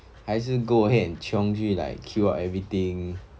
还是 go ahead and chiong 去 like queue up everything